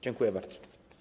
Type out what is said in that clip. Dziękuję bardzo.